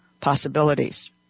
possibilities